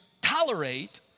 tolerate